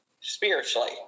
spiritually